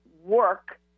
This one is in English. work